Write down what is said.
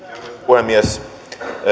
puhemies